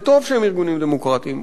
וטוב שהם ארגונים דמוקרטיים.